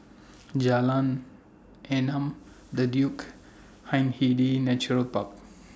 Jalan Enam The Duke Hindhede Natural Park